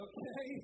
Okay